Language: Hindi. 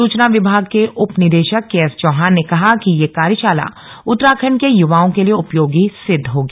सूचना विभाग के उप निदेशक के एस चौहान ने कहा कि यह कार्यशाला उत्तराखण्ड के युवाओं के लिए उपयोगी सिद्ध होगी